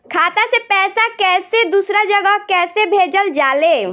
खाता से पैसा कैसे दूसरा जगह कैसे भेजल जा ले?